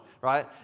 right